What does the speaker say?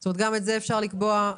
גם את זה אפשר לקבוע?